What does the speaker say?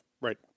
Right